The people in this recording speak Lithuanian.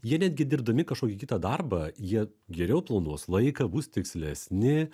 jie netgi dirbdami kažkokį kitą darbą jie geriau planuos laiką bus tikslesni